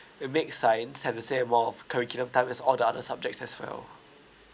we'll make science have the same amount of curriculum time as all the other subjects as well